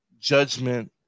judgment